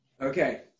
Okay